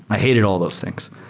i hated all those things.